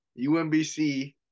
UMBC